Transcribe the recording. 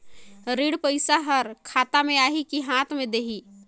ऋण पइसा हर खाता मे आही की हाथ मे देही?